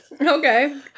Okay